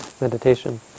meditation